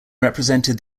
represented